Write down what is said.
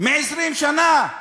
מ-20 שנה,